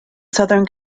southern